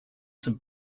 some